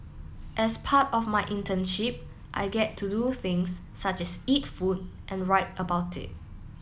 as part of my internship I get to do things such as eat food and write about it